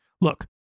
Look